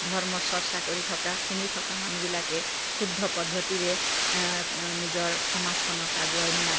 ধৰ্ম চৰ্চা কৰি থকা শুনি থকা মানুহবিলাকে শুদ্ধ পদ্ধতিৰে নিজৰ সমাজখনক আগুৱাই নিয়াত